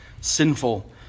Sinful